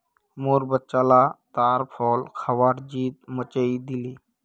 मोर बच्चा ला ताड़ फल खबार ज़िद मचइ दिले